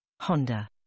Honda